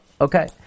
Okay